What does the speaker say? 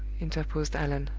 interposed allan,